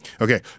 Okay